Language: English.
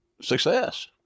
success